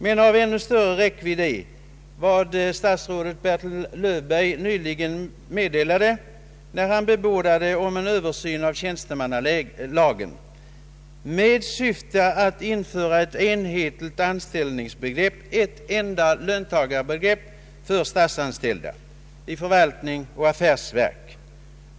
Men av ännu större räckvidd är vad statsrådet Bertil Löfberg nyligen meddelade, när han bebådade en översyn av statstjänstemannalagen med syftet att införa ett enhetligt löntagarbegrepp för de anställda i förvaltning och affärsverk.